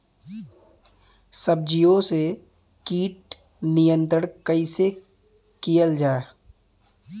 सब्जियों से कीट नियंत्रण कइसे कियल जा?